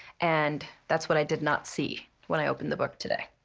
and that's what i did not see when i opened the book today.